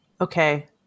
okay